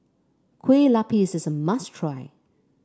Kue Lupis is a must try